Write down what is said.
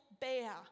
bear